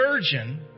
surgeon